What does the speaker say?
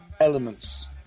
elements